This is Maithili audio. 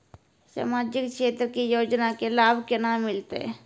समाजिक क्षेत्र के योजना के लाभ केना मिलतै?